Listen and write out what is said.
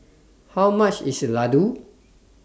How much IS Ladoo